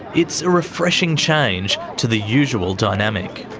it's a refreshing change to the usual dynamic.